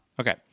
Okay